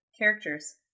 characters